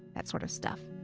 that sort of stuff.